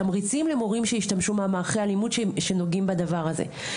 תמריצים למורים שהשתמשו במערכי הלימוד שנוגעים בדבר הזה.